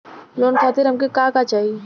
Loan खातीर हमके का का चाही?